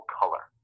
color